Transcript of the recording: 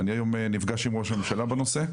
אני היום נפגש עם ראש הממשלה בנושא,